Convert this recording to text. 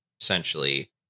essentially